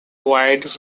wide